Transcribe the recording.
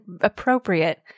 appropriate